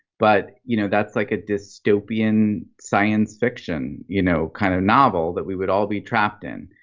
but you know that's like a dystopian science fiction, you know kind of novel that we would all be trapped in.